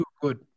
good